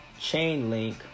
Chainlink